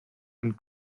and